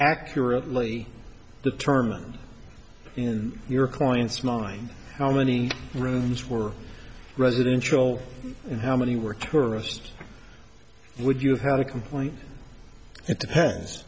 accurately determined in your client's mind how many rooms were residential and how many were tourist would you have to complete it depends